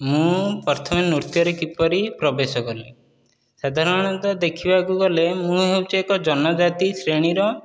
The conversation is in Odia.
ମୁଁ ପ୍ରଥମେ ନୃତ୍ୟରେ କିପରି ପ୍ରବେଶ କଲି ସାଧାରଣତଃ ଦେଖିବାକୁ ଗଲେ ମୁଁ ହେଉଛି ଜଣେ ଜନଜାତି ଶ୍ରେଣୀର